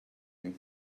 you